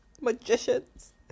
magicians